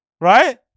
Right